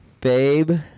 babe